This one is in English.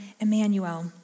Emmanuel